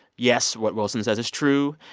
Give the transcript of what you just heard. yes, what wilson says is true.